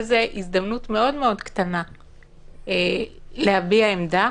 הזדמנות מאוד מאוד קטנה להביע עמדה,